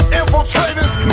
infiltrators